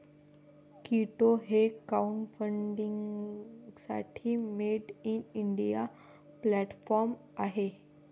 कीटो हे क्राउडफंडिंगसाठी made in India platform आहे